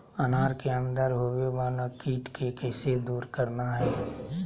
अनार के अंदर होवे वाला कीट के कैसे दूर करना है?